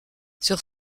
sur